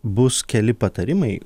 bus keli patarimai